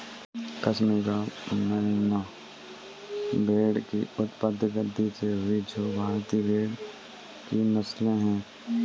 कश्मीर और मेरिनो भेड़ की उत्पत्ति गद्दी से हुई जो भारतीय भेड़ की नस्लें है